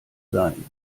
sein